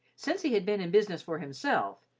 since he had been in business for himself,